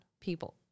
people